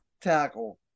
tackle